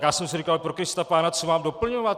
Já jsem si říkal: Prokristapána, co mám doplňovat?